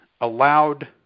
allowed